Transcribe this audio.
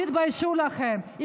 תתביישו לכם,